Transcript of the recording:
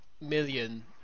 million